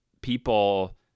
people